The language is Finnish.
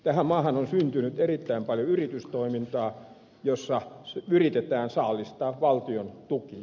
tähän maahan on syntynyt erittäin paljon yritystoimintaa jossa yritetään saalistaa valtion tukia